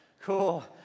cool